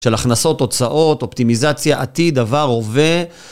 של הכנסות, הוצאות, אופטימיזציה עתיד, עבר, הווה.